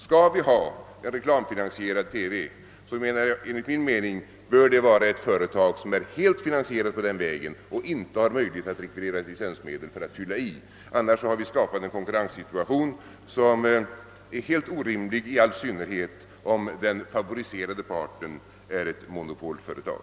Skall vi ha en reklamfinansierad TV, bör det enligt min mening vara ett företag som är helt finansierat på den vägen och inte har möjlighet att rekvirera licensmedel för att fylla i. Annars har vi skapat en konkurrenssituation som är fullständigt orimlig, i all synnerhet om den favoriserade parten är ett monopolföretag.